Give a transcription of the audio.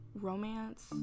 Romance